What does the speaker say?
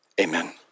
amen